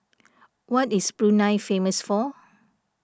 what is Brunei famous for